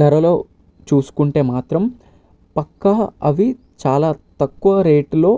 ధరలో చూసుకుంటే మాత్రం పక్కా అవి చాలా తక్కువ రేటులో